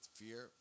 fear